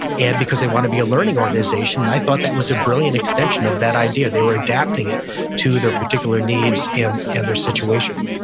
and because they wanna be a learning organization, i thought that was a brilliant extension of that idea. they were adapting it to their particular needs and and their situation,